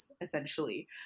essentially